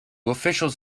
officials